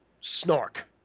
snark